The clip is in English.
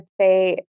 say